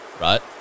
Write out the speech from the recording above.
right